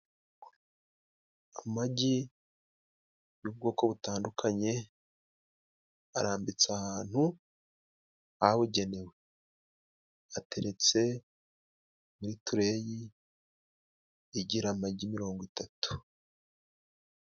Amagi y'ubwoko butandukanye, arambitse ahantu habugenewe. Ateretse muri tureyi igira amagi mirongo itatu.